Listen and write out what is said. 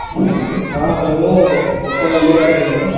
ఆ మేము కొత్త ఇల్లు కడుతున్నాం